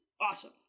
awesome